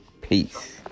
Peace